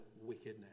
wickedness